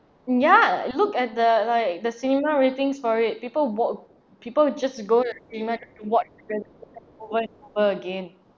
ya look at the like the similar ratings for it people vote people just go to the cinema and watch over and over again